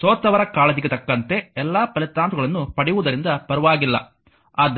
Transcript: ಸೋತವರ ಕಾಳಜಿಗೆ ತಕ್ಕಂತೆ ಎಲ್ಲ ಫಲಿತಾಂಶಗಳನ್ನು ಪಡೆಯುವುದರಿಂದ ಪರವಾಗಿಲ್ಲ